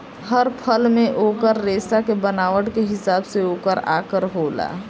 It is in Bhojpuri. हर फल मे ओकर रेसा के बनावट के हिसाब से ओकर आकर होला